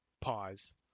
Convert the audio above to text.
pause